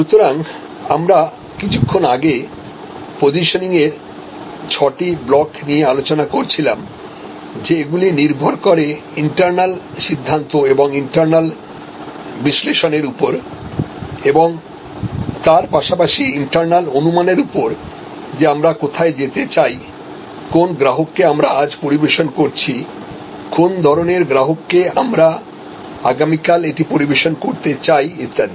সুতরাং আমরা কিছুক্ষণ আগে পজিশনিং এর ছয়টি ব্লক নিয়ে আলোচনা করছিলাম যে এগুলি নির্ভর করে ইন্টারনাল সিদ্ধান্ত এবং ইন্টারনাল বিশ্লেষণের উপর এবং তার পাশাপাশি ইন্টারনাল অনুমানের উপর যে আমরা কোথায় যেতে চাই কোন গ্রাহককে আমরা আজ পরিবেশন করছি কোন ধরণের গ্রাহককে আমরা আগামীকাল এটি পরিবেশন করতে চাই ইত্যাদি